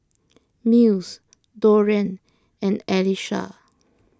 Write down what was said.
Mills Dorian and Alesha